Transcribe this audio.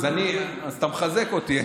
אז אתה מחזק אותי.